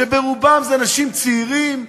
שרובם הם אנשים צעירים,